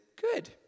good